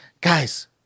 Guys